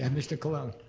and mr. colon?